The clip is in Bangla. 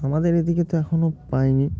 আমাদের এদিকে তো এখনও পায়নি